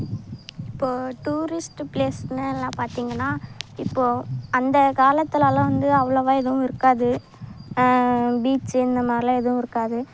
இப்போது டூரிஸ்ட் பிளேஸ்னு எல்லாம் பார்த்தீங்கனா இப்போது அந்த காலத்திலலாம் வந்து அவ்வளவா எதுவும் இருக்காது பீச்சு இந்தமாதிரிலாம் எதுவும் இருக்காது